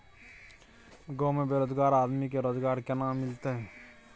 गांव में बेरोजगार आदमी के रोजगार केना मिलते?